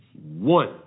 one